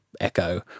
echo